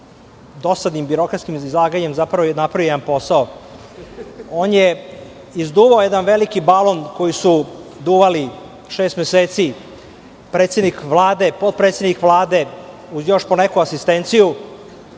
dosadnim birokratskim izlaganjem zapravo napravio jedan posao. On je izduvao jedan veliki balon koji su duvali šest meseci predsednik Vlade, potpredsednik Vlade, uz još po neku asistenciju